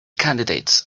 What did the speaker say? candidates